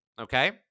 okay